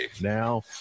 Now